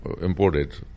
imported